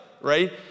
right